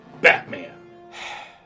Batman